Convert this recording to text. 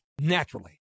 naturally